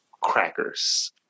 Crackers